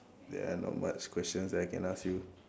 there are not much questions that I can ask you